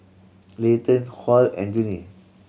Layton Hall and Junie